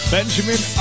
Benjamin